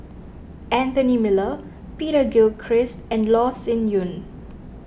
Anthony Miller Peter Gilchrist and Loh Sin Yun